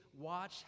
watch